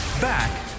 Back